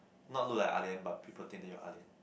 not look like ah lian but people think that you are ah lian